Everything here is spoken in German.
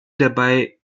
dabei